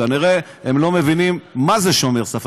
כנראה הם לא מבינים מה זה שומר סף.